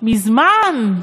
מזמן.